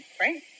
right